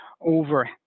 over